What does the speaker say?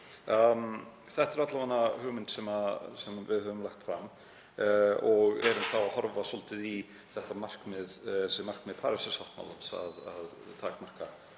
Þetta er alla vega hugmynd sem við höfum lagt fram og erum þá að horfa svolítið í þetta markmið Parísarsáttmálans að takmarka